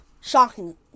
shocking